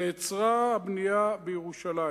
נעצרה הבנייה בירושלים.